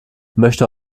möchte